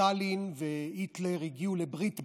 באוגוסט 1939, סטלין והיטלר הגיעו לברית ביניהם,